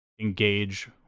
engage